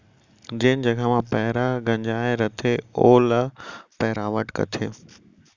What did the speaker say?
जेन जघा म पैंरा गंजाय रथे वोइ ल पैरावट कथें